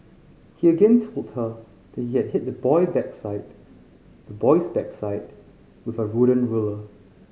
he again told her that he had hit the boy backside the boy's backside with a wooden ruler